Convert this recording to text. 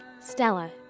Stella